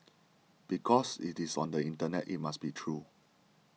because it is on the internet it must be true